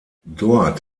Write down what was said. dort